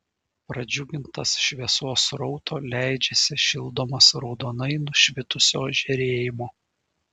pradžiugintas šviesos srauto leidžiasi šildomas raudonai nušvitusio žėrėjimo